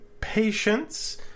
Patience